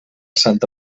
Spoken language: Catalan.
santa